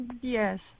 Yes